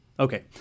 Okay